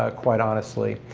ah quite honestly.